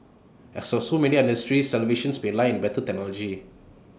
as so so many other industries salvation may lie in better technology